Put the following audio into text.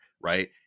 Right